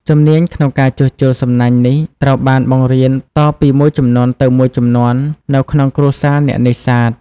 ជំនាញក្នុងការជួសជុលសំណាញ់នេះត្រូវបានបង្រៀនតពីមួយជំនាន់ទៅមួយជំនាន់នៅក្នុងគ្រួសារអ្នកនេសាទ។